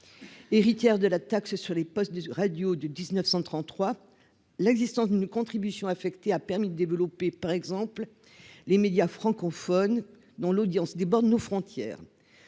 héritière de la taxe sur les postes de radio de 19133 l'existence d'une contribution affectée, a permis de développer par exemple les médias francophones, dont l'audience des bornes de nos frontières,